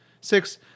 six